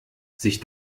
sich